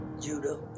Judah